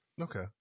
Okay